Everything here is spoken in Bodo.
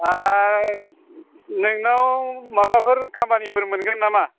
नोंनाव माबाफोर खामानिफोर मोनगोन नामा